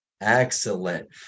Excellent